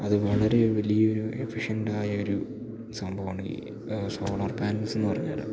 അത് വളരെ വലിയൊരു എഫിഷ്യന്റ് ആയൊരു സംഭവമാണ് ഈ സോളാർ പാനൽസ് എന്നുപറഞ്ഞാല്